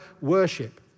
worship